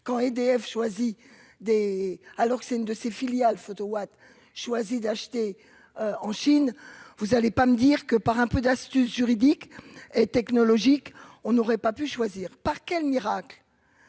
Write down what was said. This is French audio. quand EDF choisi des alors, c'est une de ses filiales Photowatt choisi d'acheter en Chine, vous allez pas me dire que par un peu d'astuce juridique et technologique, on aurait pas pu choisir par quel miracle,